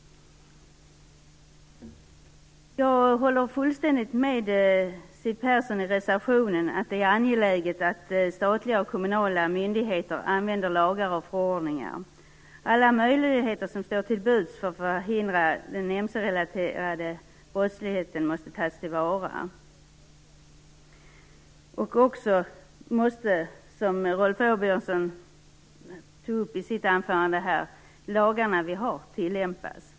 Jag håller fullständigt med om det som Siw Persson säger i sin reservation om att det är angeläget att statliga och kommunala myndigheter använder lagar och förordningar. Alla möjligheter som står till buds för att förhindra den mc-relaterade brottsligheten måste tas till vara. Som Rolf Åbjörnsson tog upp i sitt anförande måste de lagar vi har tillämpas.